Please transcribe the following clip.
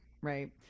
right